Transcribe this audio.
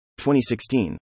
2016